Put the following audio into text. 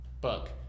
book